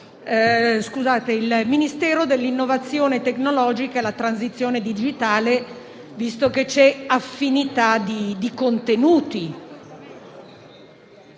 il Ministero dell'innovazione tecnologica e la transizione digitale, visto che c'è affinità di contenuti.